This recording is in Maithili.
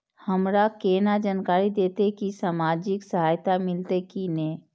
हमरा केना जानकारी देते की सामाजिक सहायता मिलते की ने?